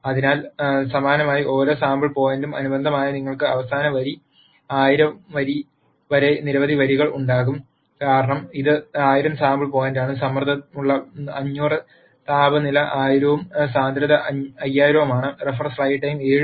അതിന സമാനമായി ഓരോ സാമ്പിൾ പോയിന്റിനും അനുബന്ധമായി നിങ്ങൾക്ക് അവസാന വരി 1000 ാം വരി വരെ നിരവധി വരികൾ ഉണ്ടാകും ഇത് 1000 സാമ്പിൾ പോയിന്റാണ് സമ്മർദ്ദമുള്ള 500 താപനില 1000 ഉം സാന്ദ്രത 5000 ഉം ആണ്